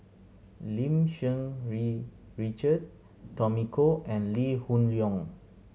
Lim Cherng Yih Richard Tommy Koh and Lee Hoon Leong